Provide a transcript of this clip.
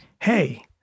Hey